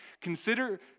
Consider